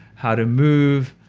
how to move,